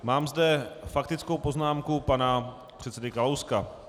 Mám zde faktickou poznámku pana předsedy Kalouska.